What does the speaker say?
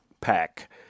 pack